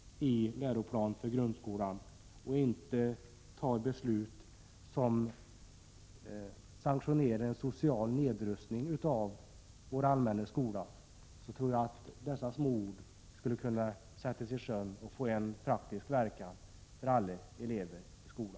1986/87:57 grundskolan och inte fattar beslut som sanktionerar en social nedrustning av — 21 januari 1987 vår skola, tror jag att dessa små ord skulle kunna få praktisk verkan för alla